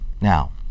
Now